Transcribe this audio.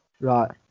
right